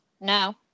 No